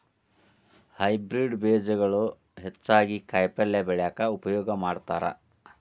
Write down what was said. hybrid ಬೇಜಗಳು ಹೆಚ್ಚಾಗಿ ಕಾಯಿಪಲ್ಯ ಬೆಳ್ಯಾಕ ಉಪಯೋಗ ಮಾಡತಾರ